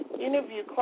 interview